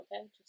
okay